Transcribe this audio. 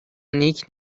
نیک